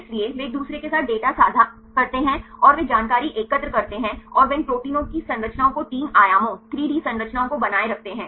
इसलिए वे एक दूसरे के साथ डेटा साझा करते हैं और वे जानकारी एकत्र करते हैं और वे इन प्रोटीनों की संरचनाओं को तीन आयामों 3 डी संरचनाओं को बनाए रखते हैं